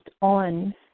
on